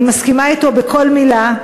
אני מסכימה אתו בכל מילה.